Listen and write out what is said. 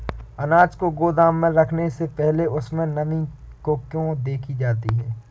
अनाज को गोदाम में रखने से पहले उसमें नमी को क्यो देखी जाती है?